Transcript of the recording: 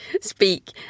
speak